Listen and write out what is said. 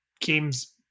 games